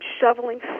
Shoveling